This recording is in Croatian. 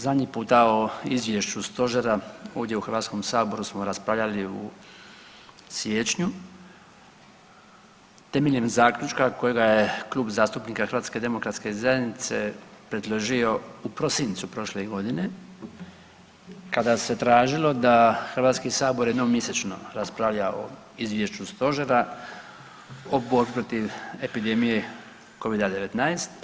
Zadnji puta o izvješću Stožera ovdje u Hrvatskom saboru smo raspravljali u siječnju temeljem zaključka kojega je Klub zastupnika Hrvatske demokratske zajednice predložio u prosincu prošle godine kada se tražilo da Hrvatski sabor jednom mjesečno raspravlja o Izvješću Stožera o borbi protiv epidemije covida 19.